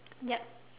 yup